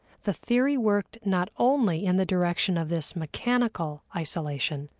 the theory worked not only in the direction of this mechanical isolation,